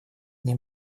ним